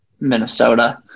Minnesota